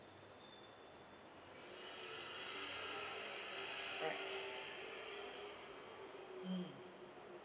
alright mm